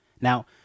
Now